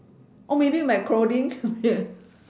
oh maybe my clothing